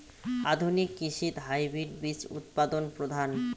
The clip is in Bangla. আধুনিক কৃষিত হাইব্রিড বীজ উৎপাদন প্রধান